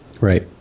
Right